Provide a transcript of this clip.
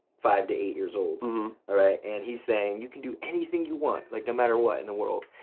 five to eight years old. all right, and he's saying, you can do anything you want, like no matter what in the world.